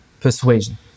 persuasion